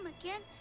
again